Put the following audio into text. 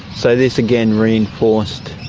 so this again reinforced